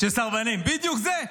סרבנים, בדיוק זה.